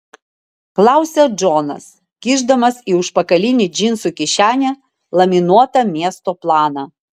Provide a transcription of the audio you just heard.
klausia džonas kišdamas į užpakalinę džinsų kišenę laminuotą miesto planą